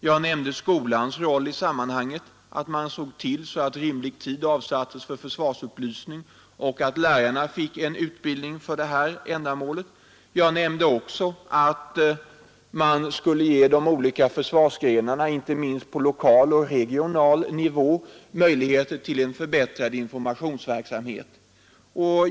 Jag nämnde skolans roll i sammanhanget, att man såg till så att rimlig tid avsattes för försvarsupplysning och att lärarna fick en utbildning för detta ändamål. Jag nämnde också att man skulle ge de olika försvarsgrenarna, inte minst på lokal och regional nivå, möjligheter till en förbättrad informationsverksamhet.